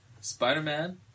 Spider-Man